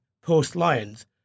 post-Lions